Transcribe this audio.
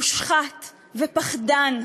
מושחת ופחדן,